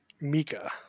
Mika